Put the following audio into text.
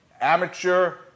amateur